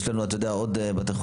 יש קנס מיוחד.